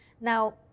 Now